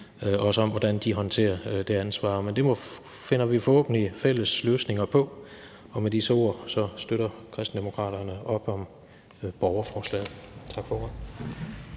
om, hvordan de håndterer det ansvar, men det finder vi forhåbentlig fælles løsningerne på. Med disse ord støtter Kristendemokraterne op om borgerforslaget. Tak for